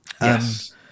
yes